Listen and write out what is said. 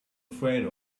afraid